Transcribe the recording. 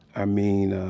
ah mean, ah